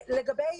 לגבי